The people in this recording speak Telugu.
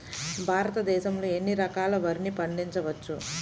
భారతదేశంలో ఎన్ని రకాల వరిని పండించవచ్చు